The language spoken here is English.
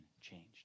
changed